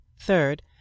Third